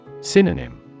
Synonym